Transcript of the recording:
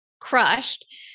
crushed